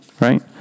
right